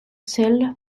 sel